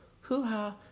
hoo-ha